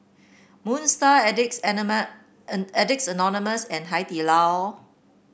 Moon Star Addicts and Addicts Anonymous and Hai Di Lao